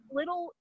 little